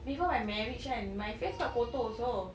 before my marriage kan my face quite kotor also